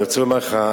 אני רוצה לומר לך,